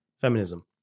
feminism